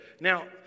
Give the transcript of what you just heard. Now